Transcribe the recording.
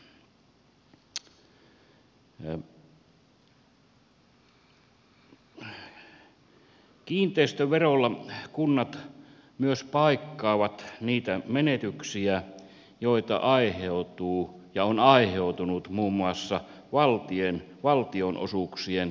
kiinteistöverolla kunnat myös paikkaavat niitä menetyksiä joita aiheutuu ja on aiheutunut muun muassa valtionosuuksien leikkauksista